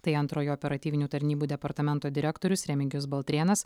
tai antrojo operatyvinių tarnybų departamento direktorius remigijus baltrėnas